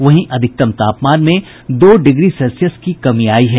वहीं अधिकतम तापमान में दो डिग्री सेल्सियस की कमी आयी है